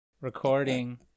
Recording